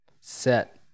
Set